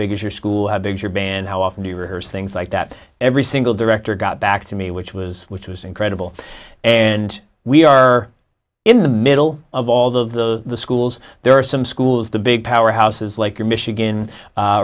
big is your school have big your band how often do your things like that every single director got back to me which was which was incredible and we are in the middle of all of the schools there are some schools the big powerhouses like michigan